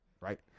right